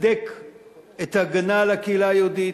להדק את ההגנה כל הקהילה היהודית,